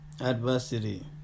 Adversity